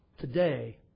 Today